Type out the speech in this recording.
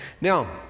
Now